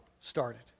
started